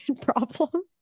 problem